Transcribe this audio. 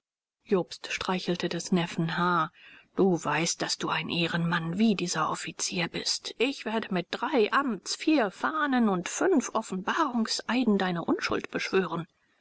jobst streichelte des neffen haar du weißt daß du ein ehrenmann wie dieser offizier bist ich werde mit drei amts vier fahnen und fünf offenbarungseiden deine unschuld beschwören